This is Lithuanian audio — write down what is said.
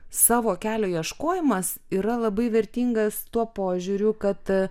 savo kelio ieškojimas yra labai vertingas tuo požiūriu kad